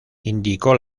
indicó